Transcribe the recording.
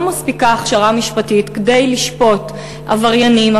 לא מספיקה הכשרה משפטית כדי לשפוט עבריינים,